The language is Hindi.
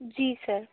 जी सर